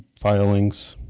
filings.